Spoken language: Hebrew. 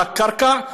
על הקרקע.